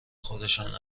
خودشان